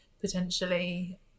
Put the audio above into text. potentially